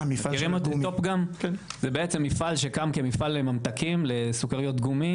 זה בעצם מפעל שקם כמפעל לממתקים לסוכריות גומי,